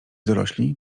dorośli